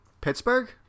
Pittsburgh